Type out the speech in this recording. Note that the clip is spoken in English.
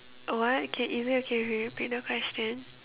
what can is it okay if you repeat the question